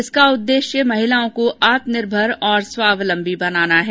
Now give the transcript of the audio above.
इसका उद्देश्य महिलाओं को आत्मनिर्भर और स्वावलंबी बनाना है